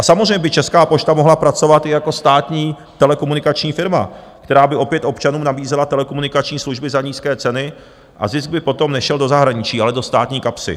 Samozřejmě by Česká pošta mohla pracovat i jako státní telekomunikační firma, která by opět občanům nabízela telekomunikační služby za nízké ceny a zisk by potom nešel do zahraničí, ale do státní kapsy.